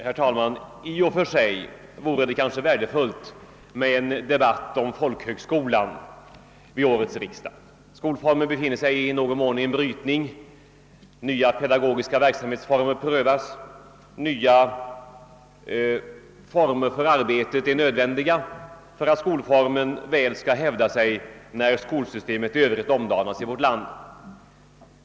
Herr talman! I och för sig vore det kanske värdefullt med en debatt vid årets riksdag om folkhögskolan. Skolformen befinner sig i någon mån i en brytning. Nya pedagogiska verksamhetsformer prövas, och nya former för arbetet är nödvändiga för att skolformen väl skall kunna hävda sig när skolsystemet i övrigt omdanas i vårt land.